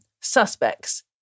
Suspects